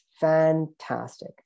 fantastic